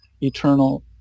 eternal